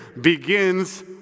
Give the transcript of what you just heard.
begins